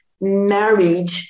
married